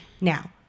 Now